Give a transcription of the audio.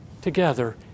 together